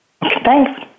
Thanks